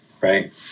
right